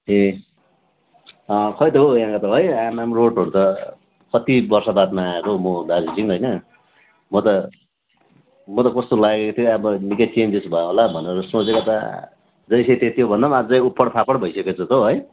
ए खै त हौ यहाँको त है आम्मामा रोडहरू कति बर्षवादमा आएको म दार्जिलिङ होइन म त म त कस्तो लागेको थियो अब निकै चेन्जेस भयो होला भनेर सोचेको त आ जैसे थे त्यो भन्दा पनि अझै उपडफापड भइसकेछ त हौ है